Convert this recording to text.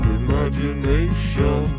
imagination